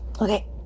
Okay